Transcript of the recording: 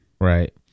Right